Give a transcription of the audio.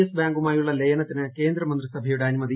S ബാങ്കുമായുള്ള ലയനത്തിന് കേന്ദ്ര മന്ത്രിസഭയുടെ അനുമതി